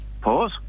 Pause